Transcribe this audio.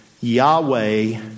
Yahweh